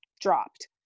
dropped